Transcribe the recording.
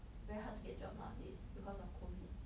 very hard to get job nowadays because of COVID